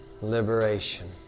liberation